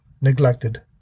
neglected